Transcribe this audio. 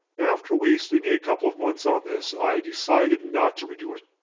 after wasting a couple of months on this i decided not to redo it.